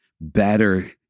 Better